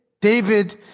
David